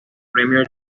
premio